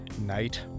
night